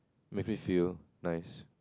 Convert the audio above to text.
it make me feel nice